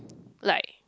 like